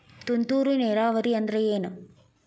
ತುಂತುರು ನೇರಾವರಿ ಅಂದ್ರ ಏನ್?